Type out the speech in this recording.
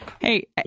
Hey